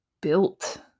built